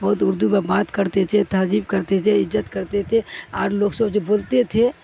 بہت اردو میں بات کرتے تھے تہجیب کرتے تھے عجت کرتے تھے اور لوگ سب جو بولتے تھے